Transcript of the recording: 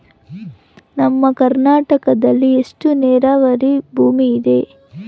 ನಮ್ಮ ಕರ್ನಾಟಕದಲ್ಲಿ ಎಷ್ಟು ನೇರಾವರಿ ಭೂಮಿ ಇದೆ?